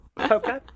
okay